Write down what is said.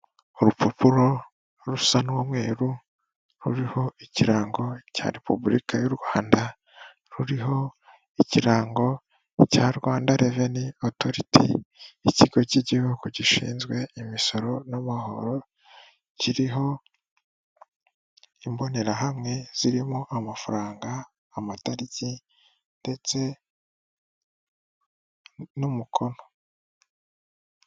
Urupapuro rusa n'umweru ruriho ikirango cya Repubulika y'u Rwanda, ruriho ikirango cya Rwanda Revenue Authority, ikigo cy'igihugu gishinzwe imisoro n'amahoro, kiriho imbonerahamwe zirimo amafaranga, amatariki ndetse n'umukono.